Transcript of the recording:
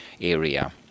area